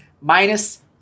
minus